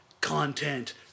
Content